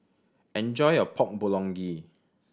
enjoy your Pork Bulgogi